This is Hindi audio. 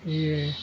यह